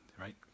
right